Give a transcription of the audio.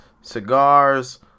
cigars